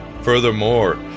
Furthermore